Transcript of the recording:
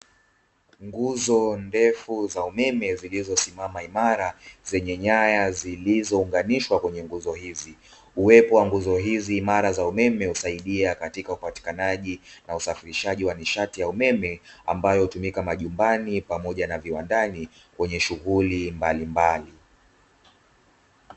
Nguzo ndefu za umeme zilizosimama imara zenye nyaya zilizounganishwa kwenye nguzo hizi. Uwepo wa nguzo hizi imara za umeme husaidia upatikanaji na usafirishaji wa nishati ya umeme, ambayo hutumika majumbani pamoja na viwandani kwenye shughuli mbalimbali.